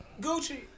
Gucci